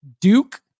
Duke